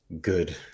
good